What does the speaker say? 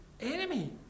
enemy